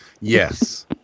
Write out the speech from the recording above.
Yes